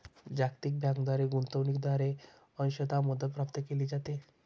जागतिक बँकेद्वारे गुंतवणूकीद्वारे अंशतः मदत प्राप्त केली जाते